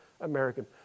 American